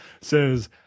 says